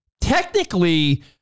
Technically